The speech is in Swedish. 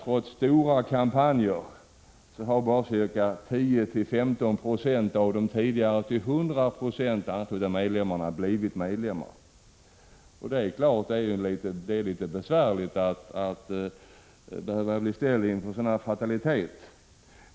Trots stora kampanjer har bara ca 10-15 26 av de tidigare till 100 9 9 anslutna medlemmarna blivit medlemmar. Det är klart att det är besvärligt att behöva ställas inför en sådan fatalitet.